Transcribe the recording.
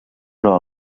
però